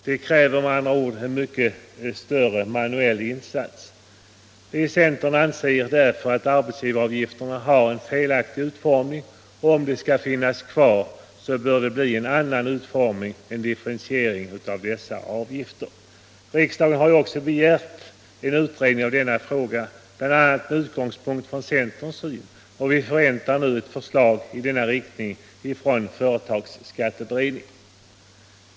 De kräver, med andra ord, en mycket större manuell insats. Vi i centern anser därför att arbetsgivaravgifterna har en felaktig utformning och om Allmänpolitisk debatt Allmänpolitisk debatt de skall finnas kvar, så bör det bli en annan utformning — en differentiering av dessa avgifter. Riksdagen har ju också begärt en utredning av denna fråga, bl.a. med utgångspunkt i centerns syn och vi förväntar nu ett förslag i denna riktning från företagsskatteberedningen.